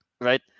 right